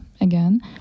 again